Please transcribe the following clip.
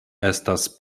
estas